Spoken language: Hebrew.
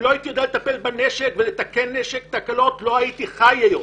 אם לא הייתי יודע לטפל בנשק ולתקן תקלות בנשק לא הייתי חי היום.